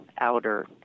outer